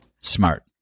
Smart